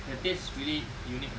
the taste is really unique lah